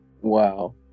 Wow